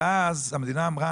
ואז המדינה אמרה,